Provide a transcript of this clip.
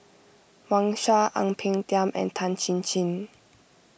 Wang Sha Ang Peng Tiam and Tan Chin Chin